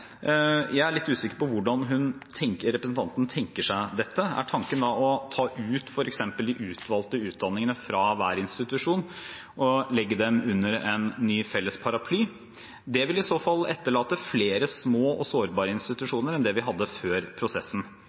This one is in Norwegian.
Jeg er litt usikker på hvordan representanten tenker seg dette. Er tanken f.eks. å ta ut de utvalgte utdanningene fra hver institusjon og legge dem under en ny felles paraply? Det ville i så fall etterlate flere små og sårbare institusjoner enn vi hadde før prosessen.